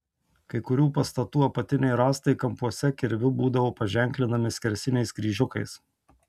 kai kurių pastatų apatiniai rąstai kampuose kirviu būdavo paženklinami skersiniais kryžiukais